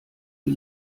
die